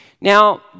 Now